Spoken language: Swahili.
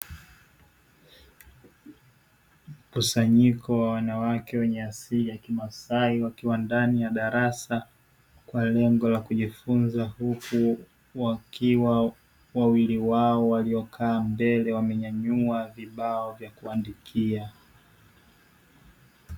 Mkusanyiko wa wanawake wenye asili ya kimaasai wakiwa ndani ya darasa kwa lengo la kujifunza, huku wakiwa wawili wao waliokaa mbele wamenyanyua vibao vya kuandikia.